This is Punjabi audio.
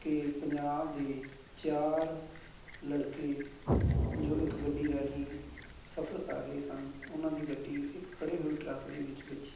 ਕਿ ਪੰਜਾਬ ਦੇ ਚਾਰ ਲੜਕੇ ਜੋ ਇੱਕ ਗੱਡੀ ਰਾਹੀਂ ਸਫਰ ਕਰ ਰਹੇ ਸਨ ਉਹਨਾਂ ਦੀ ਗੱਡੀ ਇੱਕ ਖੜ੍ਹੇ ਹੋਏ ਟਰੱਕ ਦੇ ਵਿੱਚ ਵੱਜੀ